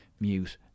mute